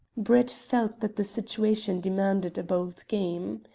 brett felt that the situation demanded a bold game.